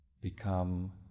become